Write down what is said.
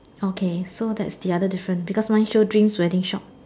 okay so that is the other difference because mine shows dream wedding shop